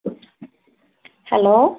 hello